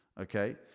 Okay